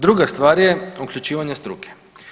Druga stvar je uključivanje struke.